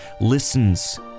listens